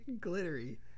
Glittery